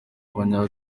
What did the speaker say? abanya